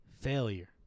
Failure